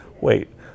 wait